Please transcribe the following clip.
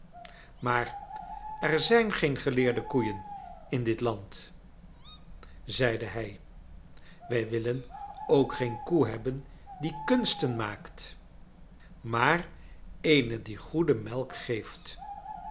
maar er zijn geen geleerde koeien in dit land zeide hij wij willen ook geen koe hebben die kunsten maakt maar eene die goede melk geeft